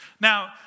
Now